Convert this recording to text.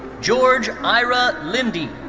george ira lindy.